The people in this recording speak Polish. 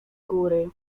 góry